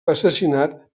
assassinat